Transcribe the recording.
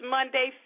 Monday